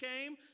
came